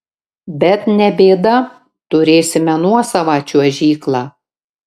bet ne bėda turėsime nuosavą čiuožyklą